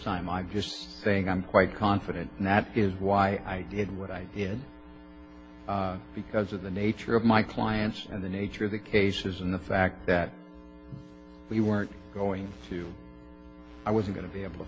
time i've just saying i'm quite confident and that is why i did what i did because of the nature of my clients and the nature of the cases and the fact that we weren't going to i was going to be able to